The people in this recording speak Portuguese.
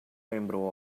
lembrou